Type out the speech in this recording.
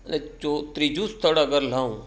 અને જો ત્રીજું સ્થળ અગર લઉં